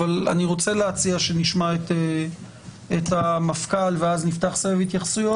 אבל אלה הדברים שאיתם הם מתמודדים יום-יום.